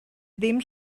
ddim